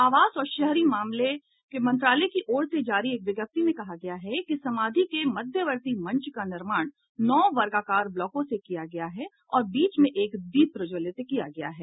आवास और शहरी मामले मंत्रालय की ओर से जारी एक विज्ञप्ति में कहा गया है कि समाधि के मध्यवर्ती मंच का निर्माण नौ वर्गाकार ब्लॉकों से किया गया है और बीच में एक दीप प्रज्ज्वलित किया गया है